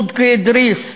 סדקי אדריס,